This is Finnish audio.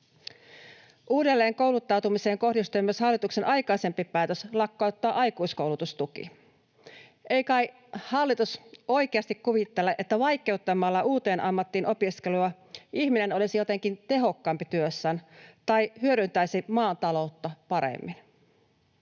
Uudelleenkouluttautumiseen kohdistui myös hallituksen aikaisempi päätös lakkauttaa aikuiskoulutustuki. Ei kai hallitus oikeasti kuvittele, että vaikeuttamalla uuteen ammattiin opiskelua ihminen olisi jotenkin tehokkaampi työssään tai hyödyttäisi maan taloutta paremmin?